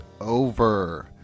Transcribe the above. over